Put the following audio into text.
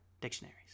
dictionaries